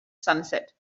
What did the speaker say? sunset